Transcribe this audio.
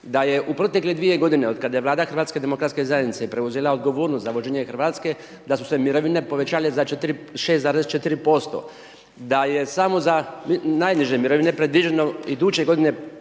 da je u protekle 2 g. od kada je Vlada HDZ-a preuzela odgovornost za vođenje Hrvatske, da su se mirovine povećale za 6,4%. Da je samo za najniže mirovine, predviđeno iduće g. pored